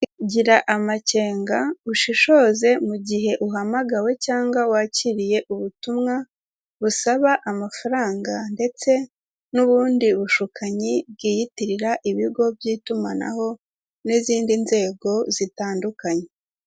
Gira amakenga ushishoze mu gihe uhamagawe cyangwa wakiriye ubutumwa busaba amafaranga ndetse n'ubundi bushukanyi bwiyitirira ibigo by'itumanaho n'izindi nzego zitandukanye.